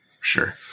sure